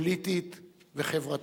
פוליטית וחברתית,